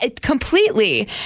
completely